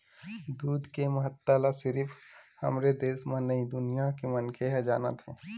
दूद के महत्ता ल सिरिफ हमरे देस म नइ दुनिया के मनखे ह जानत हे